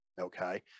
okay